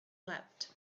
leapt